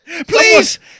Please